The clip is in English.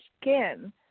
skin